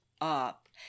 up